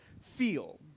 feel